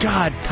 God